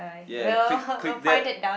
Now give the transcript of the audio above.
yeah click click that